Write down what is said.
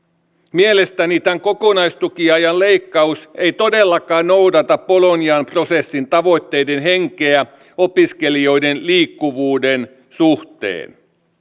mielestäni tämän kokonaistukiajan leikkaus ei todellakaan noudata bolognan prosessin tavoitteiden henkeä opiskelijoiden liikkuvuuden suhteen